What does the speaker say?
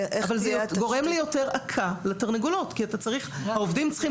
זה גורם ליותר עקה לתרנגולות כי העובדים צריכים